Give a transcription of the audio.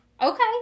Okay